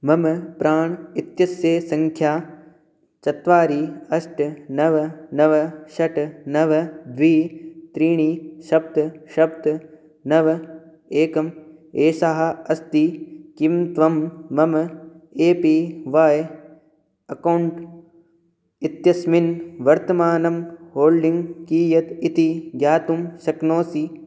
मम प्राण् इत्यस्य सङ्ख्या चत्वारि अष्ट नव नव षट् नव द्वि त्रीणि सप्त सप्त नव एकम् एषः अस्ति किं त्वं मम ए पि ह्वाय् अकौण्ट् इत्यस्मिन् वर्तमानं होल्डिङ्ग् कियत् इति ज्ञातुं शक्नोषि